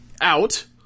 out